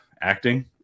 Acting